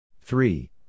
Three